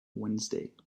wednesday